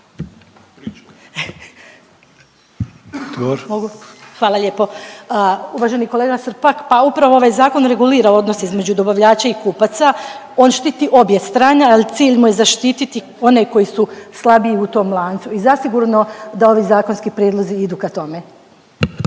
Hvala lijepo. Uvaženi kolega Srpak, pa upravo ovaj Zakon regulira odnos između dobavljača i kupaca. On štiti obje strane, ali cilj mu je zaštititi one koji su slabiji u tom lancu i zasigurno da ovi zakonski prijedlozi idu ka tome.